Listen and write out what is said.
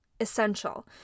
essential